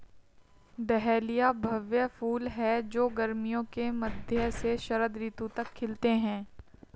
dahlia भव्य फूल हैं जो गर्मियों के मध्य से शरद ऋतु तक खिलते हैं